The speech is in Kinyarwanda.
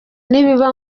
nibiba